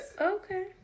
Okay